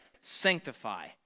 sanctify